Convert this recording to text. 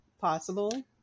possible